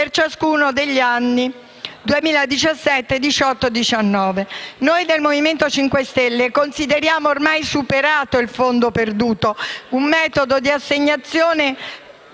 per ciascuno degli anni 2017, 2018 e 2019. Noi del Movimento 5 Stelle consideriamo ormai superato il fondo perduto, un metodo di assegnazione